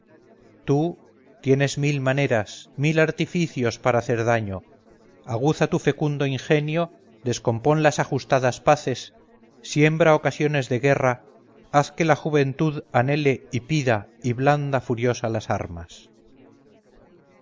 tú tienes mil maneras mil artificios para hacer daño aguza tu fecundo ingenio descompón las ajustadas paces siembra ocasiones de guerra haz que la juventud anhele y pida y blanda furiosa las armas